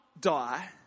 die